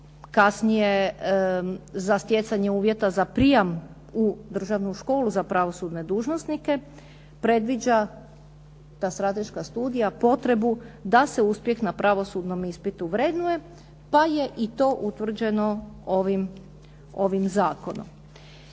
kasnije za stjecanje uvjeta za prijam u državnu školu za pravosudne dužnosnike, predviđa, ta strateška studija potrebu da se uspjeh na pravosudnom ispitu vrednuje pa je i to utvrđeno ovim zakonom.